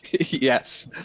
yes